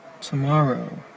tomorrow